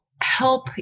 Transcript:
help